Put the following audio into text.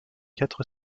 quatre